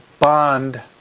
bond